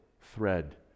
thread